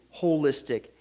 holistic